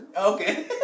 Okay